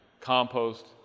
compost